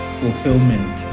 fulfillment